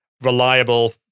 reliable